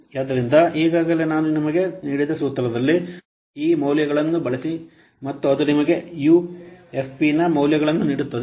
ಆದ್ದರಿಂದ ಈಗಾಗಲೇ ನಾನು ನಿಮಗೆ ನೀಡಿದ ಸೂತ್ರದಲ್ಲಿ ಈ ಮೌಲ್ಯಗಳನ್ನು ಬಳಸಿ ಮತ್ತು ಅದು ನಿಮಗೆ ಯುಎಫ್ಪಿನ ಈ ಮೌಲ್ಯಗಳನ್ನು ನೀಡುತ್ತದೆ